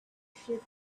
sheep